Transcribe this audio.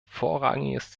vorrangiges